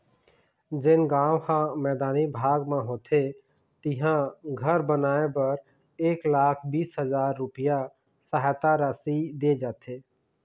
जेन गाँव ह मैदानी भाग म होथे तिहां घर बनाए बर एक लाख बीस हजार रूपिया सहायता राशि दे जाथे